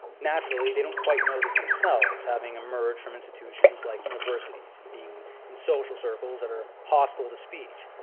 naturally, they don't quite know this themselves, having emerged from institutions like universities and being in social circles that are hostile to speech.